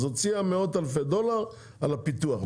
אז היא הוציאה מאות אלפי דולרים על הפיתוח.